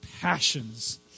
passions